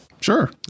Sure